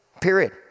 Period